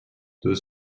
deux